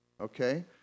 okay